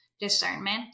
discernment